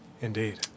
Indeed